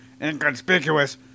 inconspicuous